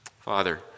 Father